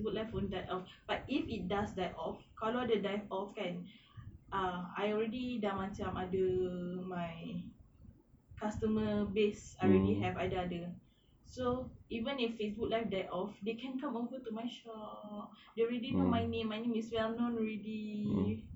live won't die off but if it does die off kalau dia die off kan um I already dah macam ada my customer base I already have I dah ada so even if the facebook live die off they can come over to my shop they already know my name my name is well known ready